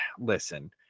Listen